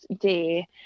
Day